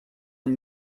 amb